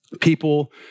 People